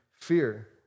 fear